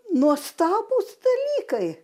nuostabūs dalykai